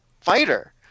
fighter